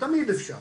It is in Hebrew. תמיד אפשר.